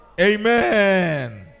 Amen